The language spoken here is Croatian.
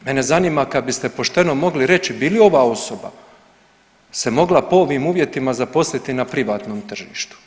Mene zanima kad biste pošteno mogli reći bi li ova osoba se mogla po ovim uvjetima zaposliti na privatnom tržištu, bi li?